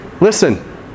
Listen